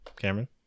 Cameron